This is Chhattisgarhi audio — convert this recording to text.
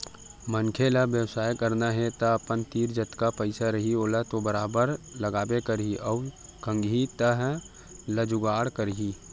मनखे ल बेवसाय करना हे तअपन तीर जतका पइसा रइही ओला तो बरोबर लगाबे करही अउ खंगही तेन ल जुगाड़ करही